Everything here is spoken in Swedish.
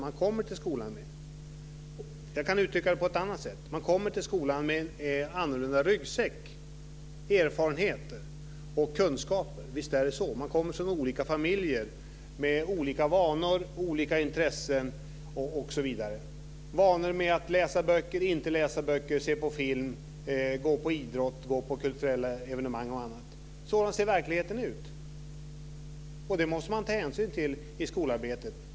Jag kan uttrycka det på ett annat sätt. Man kommer till skolan med olika ryggsäckar, erfarenheter och kunskaper. Visst är det så. Man kommer från olika familjer med olika vanor, olika intressen osv. Man har vanan att läsa böcker eller inte läsa böcker, se på film, gå på idrott, gå på kulturella evenemang och annat. Sådan ser verkligheten ut, och det måste man ta hänsyn till i skolarbetet.